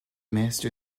master